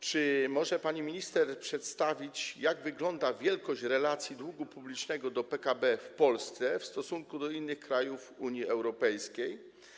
Czy może pani minister przedstawić, jak wygląda wielkość relacji długu publicznego do PKB w Polsce w stosunku do innych krajów Unii Europejskiej?